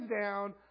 down